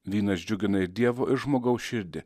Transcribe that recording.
vynas džiugina ir dievo ir žmogaus širdį